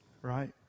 right